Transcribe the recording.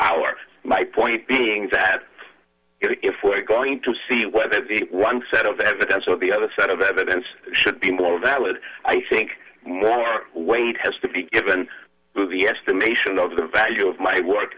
hour my point being that if we're going to see whether the one set of evidence or the other set of evidence should be more valid i think more weight has to be given to the estimation of the value of my work